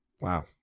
Wow